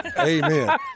Amen